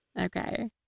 Okay